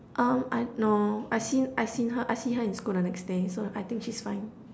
um I no I see I seen her I see her in school the next day so I think she's fine